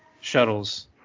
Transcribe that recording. shuttles